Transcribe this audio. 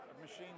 Machines